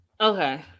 Okay